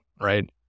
right